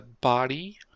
body